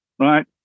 right